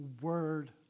word